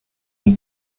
and